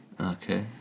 Okay